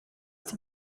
die